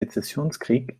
sezessionskrieg